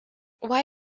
why